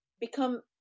become